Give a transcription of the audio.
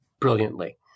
brilliantly